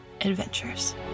adventures